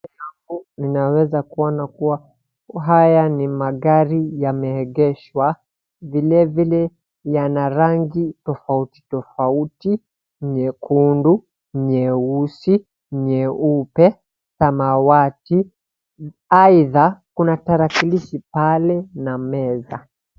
Unaweza kuona kuwa haya ni magari yameegeshwa vilevile yana rangi tofauti tofauti nyekundu ,nyeusi ,nyeupe, samawati aidha kuna tarakilishi pale na meza.